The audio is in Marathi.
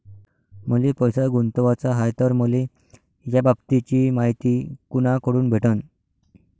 मले पैसा गुंतवाचा हाय तर मले याबाबतीची मायती कुनाकडून भेटन?